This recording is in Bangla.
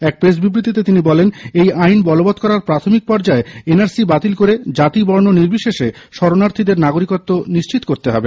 এক প্রেস বিবৃতিতে তিনি বলেন এই আইন বলবত করার প্রাথমিক পর্যায় এনআরসি বাতিল করে জাতি বর্ণ নির্বিশেষে শরণার্থীদের নাগরিকত্ব নিশ্চিত করতে হবে